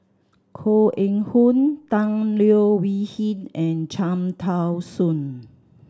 Koh Eng Hoon Tan Leo Wee Hin and Cham Tao Soon